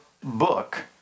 book